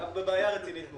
אנחנו בבעיה רצינית מאוד.